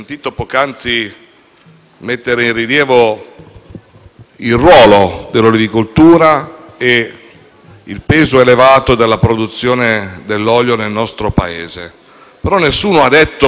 il ruolo dell'olivicoltura e il peso elevato della produzione dell'olio nel nostro Paese, ma finora nessuno ha detto - poi entrerò anche nel merito del decreto-legge